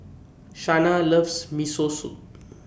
Shanna loves Miso Soup